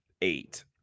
eight